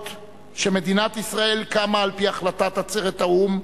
אומנם מדינת ישראל קמה על-פי החלטת עצרת האו"ם,